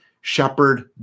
Shepherd